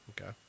Okay